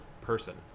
person